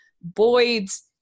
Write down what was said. Boyd's